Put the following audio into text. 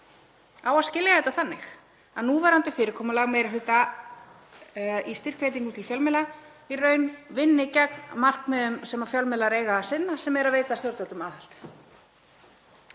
Á að skilja þetta þannig að núverandi fyrirkomulag meiri hluta í styrkveitingum til fjölmiðla vinni í raun gegn þeim markmiðum sem fjölmiðlar eiga að sinna sem er að veita stjórnvöldum aðhald?